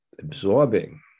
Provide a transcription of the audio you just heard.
absorbing